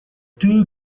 two